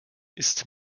ist